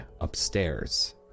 upstairs